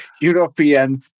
European